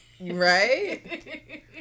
Right